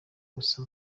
gusa